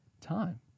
time